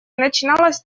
начиналось